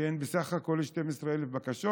שהן בסך הכול 12,000 בקשות,